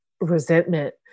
resentment